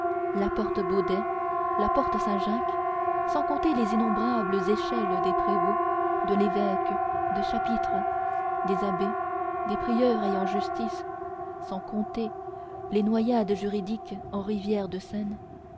la porte baudets la porte saint-jacques sans compter les innombrables échelles des prévôts de l'évêque des chapitres des abbés des prieurs ayant justice sans compter les noyades juridiques en rivière de seine